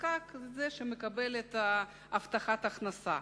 נזקק זה מי שמקבל הבטחת הכנסה.